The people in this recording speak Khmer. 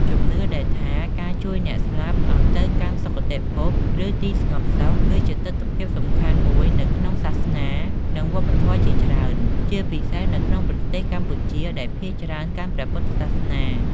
ជំនឿដែលថាការជួយអ្នកស្លាប់ឲ្យទៅកាន់សុគតិភព ឬទីស្ងប់សុខ គឺជាទិដ្ឋភាពសំខាន់មួយនៅក្នុងសាសនា និងវប្បធម៌ជាច្រើន ជាពិសេសនៅក្នុងប្រទេសកម្ពុជា ដែលភាគច្រើនកាន់ព្រះពុទ្ធសាសនា។